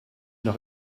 noch